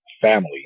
family